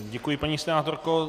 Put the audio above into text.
Děkuji, paní senátorko.